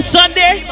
Sunday